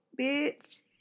bitch